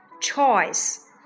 choice